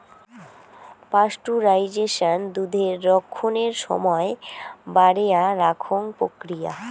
pasteurisation দুধের রক্ষণের সমায় বাড়েয়া রাখং প্রক্রিয়া